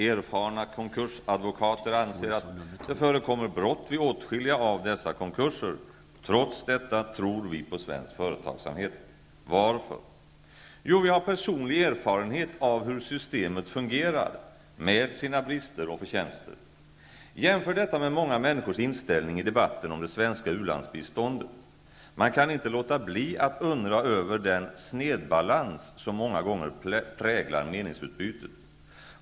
Erfarna konkursadvokater anser att det förekommer brott vid åtskilliga av dessa konkurser. Trots detta tror vi på svensk företagsamhet. Varför? Jo, vi har personlig erfarenhet av hur systemet fungerar -- med sina brister och förtjänster. Jämför detta med många människors inställning i debatten om det svenska u-landsbiståndet. Man kan inte låta bli att undra över den snedbalans som många gånger präglar meningsutbytet.